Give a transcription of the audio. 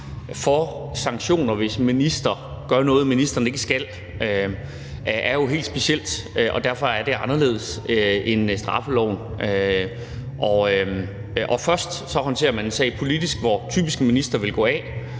for sanktioner, hvis en minister gør noget, som ministeren ikke skal, er jo helt specielt, og derfor er det anderledes end straffeloven. Og først håndterer man en sag politisk, hvor en minister typisk ville gå af.